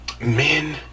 Men